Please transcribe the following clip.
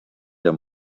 der